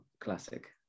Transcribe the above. classic